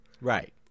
Right